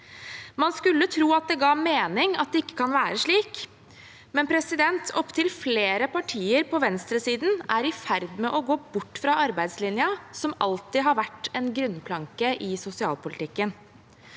Man skulle tro at det ga mening at det ikke kan være slik, men opptil flere partier på venstresiden er i ferd med å gå bort fra arbeidslinja, som alltid har vært en grunnplanke i sosialpolitikken.